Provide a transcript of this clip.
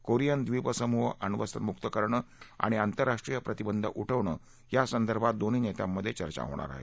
Korean द्विपसमूह अण्वस्त्रमुक्त करणे आणि आंतरराष्ट्रीय प्रतिबंध उठवणं या संदर्भात दोन्ही नेत्यांमध्ये चर्चा होणार आहे